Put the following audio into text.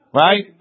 right